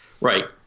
Right